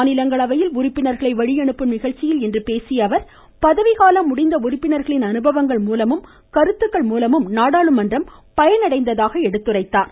மாநிலங்களவையில் உறுப்பினர்களை வழியனுப்பும் நிகழ்ச்சியில் இன்று பேசிய அவர் பதவிகாலம் முடிந்த உறுப்பினர்களின் அனுபவங்கள் மூலமும் கருத்துக்கள் மூலமும் நாடாளுமன்றம் பயனடைந்ததாக எடுத்துரைத்தார்